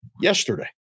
yesterday